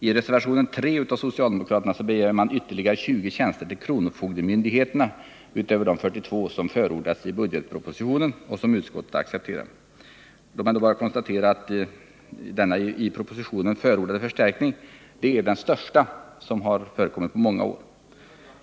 I reservation 3 av socialdemokraterna begärs ytterligare 20 tjänster till kronofogdemyndigheterna utöver de 42 som förordats i budgetpropositionen och som utskottet accepterar. Låt mig då bara konstatera att denna i propositionen förordade förstärkning är den största på många år.